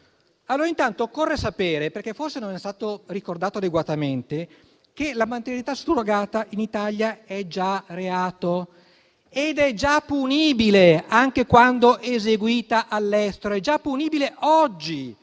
Anzitutto occorre sapere, perché forse non è stato ricordato adeguatamente, che la maternità surrogata in Italia è già reato ed è già punibile anche quando eseguita all'estero. Ripeto: è già punibile oggi.